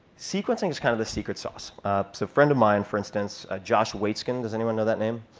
sequencing is kind of the secret sauce. so a friend of mine, for instance, ah josh waitzkin does anyone know that name?